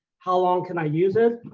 how long can i use it?